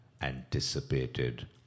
anticipated